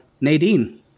Nadine